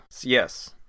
yes